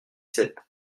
sept